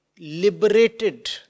liberated